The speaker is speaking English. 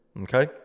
Okay